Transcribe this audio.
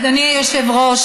אדוני היושב-ראש,